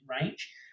range